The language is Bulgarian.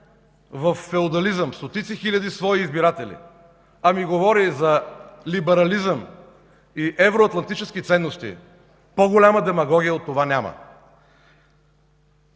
във феодализъм стотици хиляди свои избиратели, а говори за либерализъм и евроатлантически ценности – по-голяма демагогия от това няма!